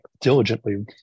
diligently